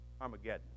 Armageddon